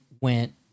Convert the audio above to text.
went